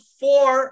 four